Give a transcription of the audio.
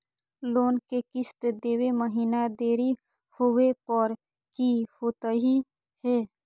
Loan के किस्त देवे महिना देरी होवे पर की होतही हे?